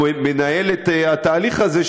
שמנהל את התהליך הזה,